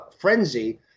frenzy